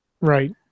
Right